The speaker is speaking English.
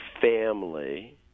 family